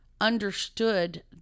understood